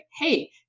hey